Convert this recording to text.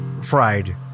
Fried